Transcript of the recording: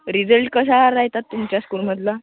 result कशा राहतात तुमच्या स्कूलमधला